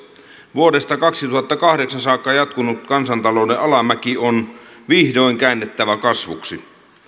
vuodesta kaksituhattakahdeksan saakka jatkunut kansantalouden alamäki on vihdoin käännettävä kasvuksi